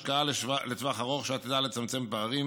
השקעה לטווח ארוך שעתידה לצמצם פערים,